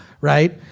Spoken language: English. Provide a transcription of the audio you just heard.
right